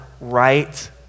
right